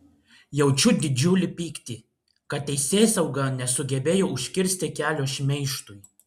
jaučiu didžiulį pyktį kad teisėsauga nesugebėjo užkirsti kelio šmeižtui